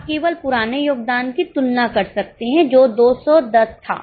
आप केवल पुराने योगदान की तुलना कर सकते हैं जो 210 था